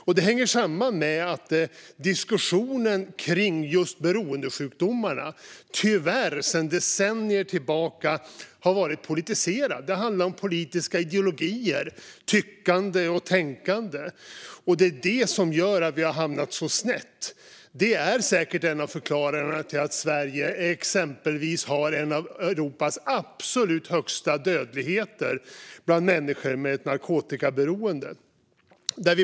Detta hänger samman med att diskussionen kring just beroendesjukdomarna tyvärr sedan decennier tillbaka har varit politiserad. Det handlar om politiska ideologier, tyckande och tänkande. Det är det som gör att vi har hamnat så snett. Detta är säkert en av förklaringarna till att Sverige exempelvis har bland Europas absolut högsta dödlighet bland människor med ett narkotikaberoende.